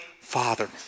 father